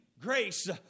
grace